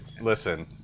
listen